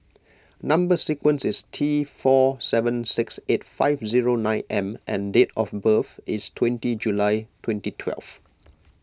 Number Sequence is T four seven six eight five zero nine M and date of birth is twenty July twenty twelve